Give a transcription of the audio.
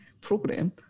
program